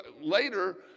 later